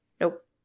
nope